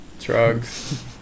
Drugs